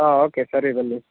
ಹಾಂ ಓಕೆ ಸರಿ ಬನ್ನಿ